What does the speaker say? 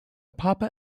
papa